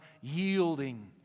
yielding